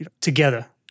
together